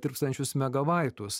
tirpstančius megabaitus